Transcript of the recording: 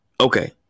Okay